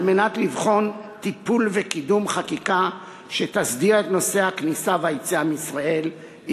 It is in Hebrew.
על מנת לבחון טיפול וקידום חקיקה שתסדיר את נושא הכניסה והיציאה מישראל,